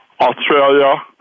Australia